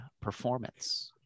Performance